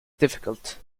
difficult